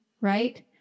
right